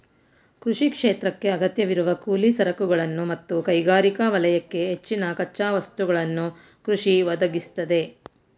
ಕೃಷಿ ಕ್ಷೇತ್ರಕ್ಕೇ ಅಗತ್ಯವಿರುವ ಕೂಲಿ ಸರಕುಗಳನ್ನು ಮತ್ತು ಕೈಗಾರಿಕಾ ವಲಯಕ್ಕೆ ಹೆಚ್ಚಿನ ಕಚ್ಚಾ ವಸ್ತುಗಳನ್ನು ಕೃಷಿ ಒದಗಿಸ್ತದೆ